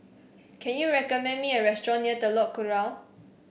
can you recommend me a restaurant near Telok Kurau